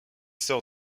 sœurs